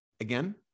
Again